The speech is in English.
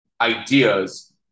ideas